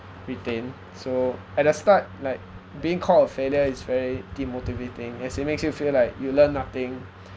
retain so at the start like being called a failure is very demotivating as it makes you feel like you learn nothing